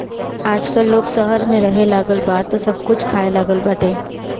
आजकल लोग शहर में रहेलागल बा तअ सब कुछ खाए लागल बाटे